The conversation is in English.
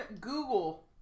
Google